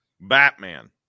Batman